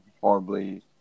horribly